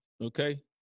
Okay